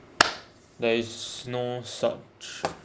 there is no such